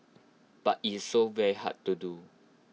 but is so very hard to do